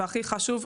והכי חשוב,